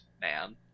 man